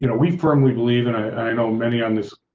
you know we firmly believe and i know many on this.